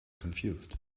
confused